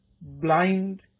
Blind